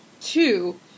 Two